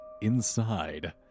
inside